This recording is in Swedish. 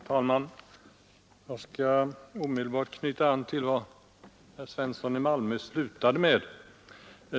Fru talman! Jag skall omedelbart knyta an till vad herr Svensson i Malmö slutade med.